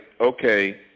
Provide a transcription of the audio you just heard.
okay